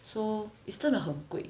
so it's 真的很贵